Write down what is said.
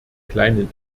kleinen